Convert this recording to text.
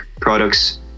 products